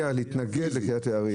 להתנגד לקריית יערים.